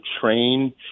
train